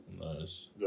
Nice